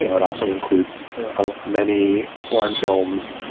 you know it also includes ah many foreign films,